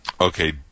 Okay